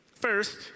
First